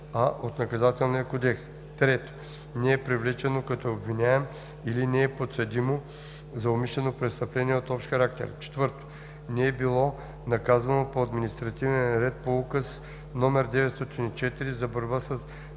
78а от Наказателния кодекс; 3. не е привлечено като обвиняем или не е подсъдимо за умишлено престъпление от общ характер; 4. не е било наказвано по административен ред по Указ № 904 за борба с